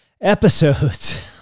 episodes